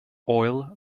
oil